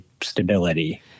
stability